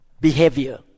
behavior